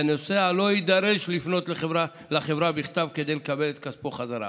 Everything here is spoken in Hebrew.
והנוסע לא יידרש לפנות אל חברה בכתב כדי לקבל את כספו חזרה.